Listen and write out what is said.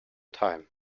time